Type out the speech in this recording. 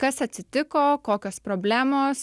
kas atsitiko kokios problemos